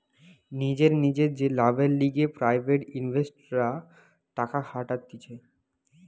নিজের নিজের যে লাভের লিগে প্রাইভেট ইনভেস্টররা টাকা খাটাতিছে